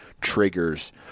triggers